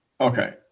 Okay